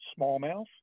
smallmouth